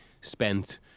spent